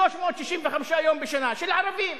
365 יום בשנה, של ערבים.